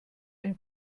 ein